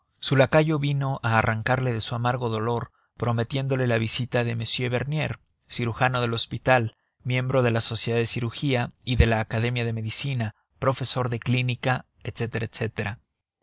su lacayo vino a arrancarle de su amargo dolor prometiéndole la visita de m bernier cirujano del hospital miembro de la sociedad de cirugía y de la academia de medicina profesor de clínica